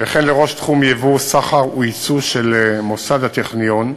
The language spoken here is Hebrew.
וכן לראש תחום יבוא, סחר ויצוא של מוסד הטכניון,